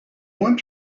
want